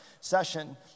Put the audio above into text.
session